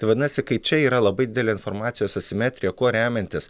tai vadinasi kai čia yra labai didelė informacijos asimetrija kuo remiantis